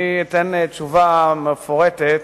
אני אתן תשובה מפורטת.